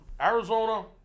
Arizona